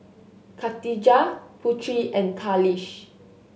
Katijah Putri and Khalish